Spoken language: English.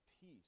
peace